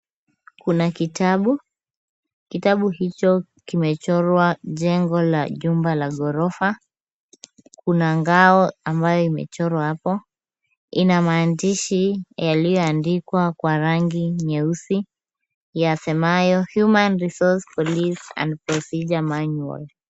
Kuna kitabu, kitabu hicho kimechorwa jengo la nyumba la ghorofa. Kuna ngao ambayo imechorwa hapo. Ina maandishi yaliyoandikwa kwa rangi nyeusi yasemayo, Human Resource Police and Procedure Manual .